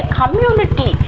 community